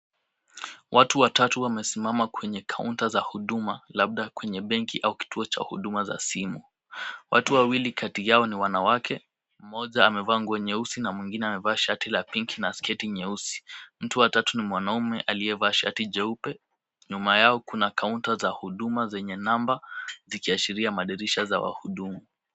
Watu watatu wamesimama kwenye kaunta za huduma labda kwenye benki au kituo cha huduma za simu. Watu wawili kati yao ni wanawake, mmoja amevaa nguo nyeusi na mwingine amevaa shati la pink na sketi nyeusi. Mtu wa tatu ni mwanamume aliyevaa shati jeupe. Nyuma yao kuna kaunta za huduma zenye namba , zikiashiria madirisha za wahudumu.